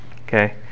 Okay